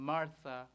Martha